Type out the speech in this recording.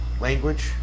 language